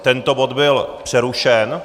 Tento bod byl přerušen.